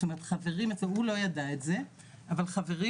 זאת אומרת הוא לא ידע את זה אבל חברים